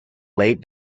laid